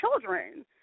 children